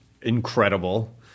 Incredible